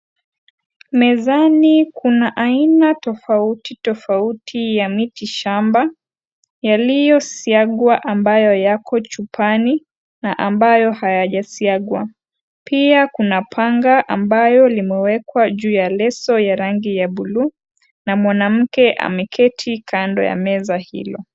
Mezani kuna aina tofauti tofauti ya miti shamba, yaliyosiagwa ambayo yako chupani na ambayo hayajasiagwa, pia kuna panga ambayo limewekwa juu ya leso ya rangi buluu, na mwanamke ameketi kando ya meza hilo.